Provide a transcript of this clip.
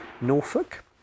Norfolk